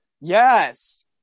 Yes